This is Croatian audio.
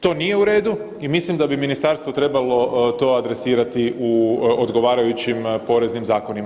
To nije u redu i mislim da bi ministarstvo trebalo to adresirati u odgovarajućim poreznim zakonima.